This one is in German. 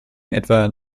etwa